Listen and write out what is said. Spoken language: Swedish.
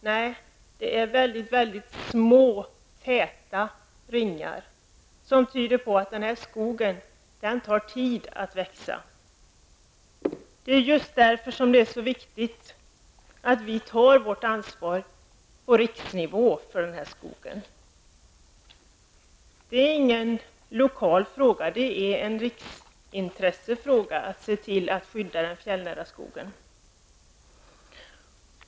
Nej, det är väldigt små täta ringar, som tyder på att skogen tar tid att växa. Därför är det så viktigt att vi, på riksnivå, tar vårt ansvar för skogen. Att se till att skydda den fjällnära skogen är ingen lokal fråga, utan en riksintressefråga.